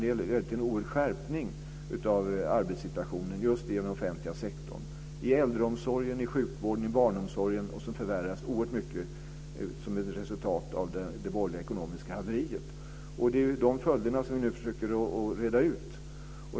Det ledde till en oerhörd skärpning av arbetssituationen just i den offentliga sektorn - i äldreomsorgen, i sjukvården och i barnomsorgen - som förvärrades oerhört mycket som ett resultat av det borgerliga ekonomiska haveriet. Det är de följderna som vi nu försöker reda ut.